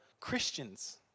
Christians